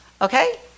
Okay